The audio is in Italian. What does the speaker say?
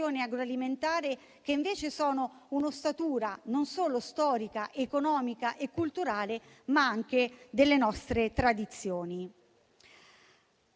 agroalimentare, che sono un'ossatura, non solo storica, economica e culturale, ma anche delle nostre tradizioni.